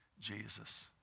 Jesus